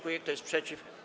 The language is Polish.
Kto jest przeciw?